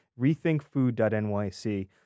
Rethinkfood.nyc